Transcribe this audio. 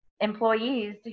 employees